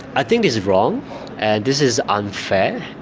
i think this is wrong and this is unfair.